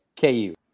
KU